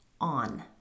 on